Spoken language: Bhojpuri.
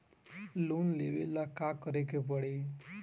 लोन लेवे ला का करे के पड़ी?